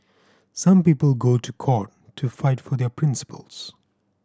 some people go to court to fight for their principles